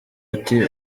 ati